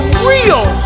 real